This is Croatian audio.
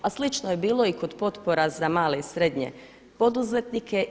A slično je bilo i kod potpora za male i srednje poduzetnike.